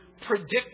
predict